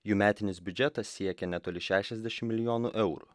jų metinis biudžetas siekia netoli šešiasdešimt milijonų eurų